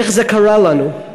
איך זה קרה לנו?